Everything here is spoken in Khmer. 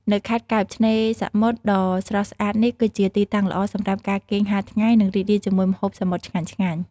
នៅខេត្តកែប ឆ្នេរសមុទ្រដ៏ស្រស់ស្អាតនេះគឺជាទីតាំងល្អសម្រាប់ការគេងហាលថ្ងៃ និងរីករាយជាមួយម្ហូបសមុទ្រឆ្ងាញ់ៗ។